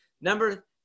number